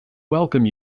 welcome